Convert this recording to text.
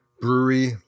brewery